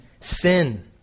sin